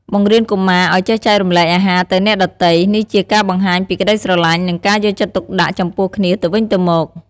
បង្រៀនកុមារឲ្យចេះចែករំលែកអាហារទៅអ្នកដទៃ នេះជាការបង្ហាញពីក្តីស្រឡាញ់ និងការយកចិត្តទុកដាក់ចំពោះគ្នាទៅវិញទៅមក។